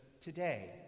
today